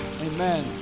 Amen